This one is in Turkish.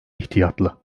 ihtiyatlı